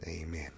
amen